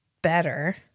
better